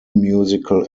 musical